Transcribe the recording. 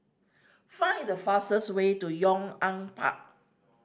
find the fastest way to Yong An Park